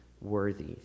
worthy